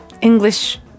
English